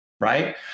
right